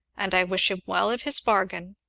and i wish him well of his bargain!